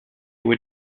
were